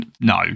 No